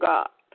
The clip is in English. God